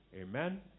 Amen